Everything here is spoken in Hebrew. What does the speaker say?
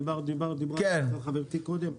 דיברה חברתי קודם,